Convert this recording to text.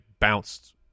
bounced